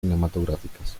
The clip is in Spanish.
cinematográficas